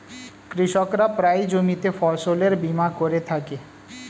কৃষকরা প্রায়ই জমিতে ফসলের বীমা করে থাকে